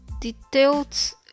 details